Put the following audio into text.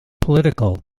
political